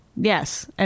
Yes